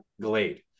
Glade